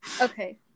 Okay